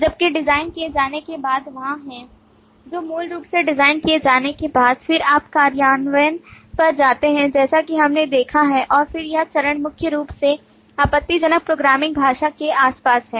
जबकि डिजाइन किए जाने के बाद वहाँ है तो मूल रूप से डिजाइन किए जाने के बाद फिर आप कार्यान्वयन पर जाते हैं जैसा कि हमने देखा है और फिर यह चरण मुख्य रूप से आपत्तिजनक प्रोग्रामिंग भाषा के आसपास है